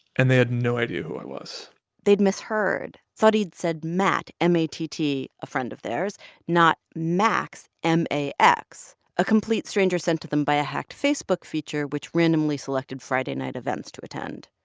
and they had no idea who i was they'd misheard. thought he'd said matt, m a t t, a friend of theirs not max, m a x a complete stranger sent to them by a hacked facebook feature, which randomly selected friday night events to attend.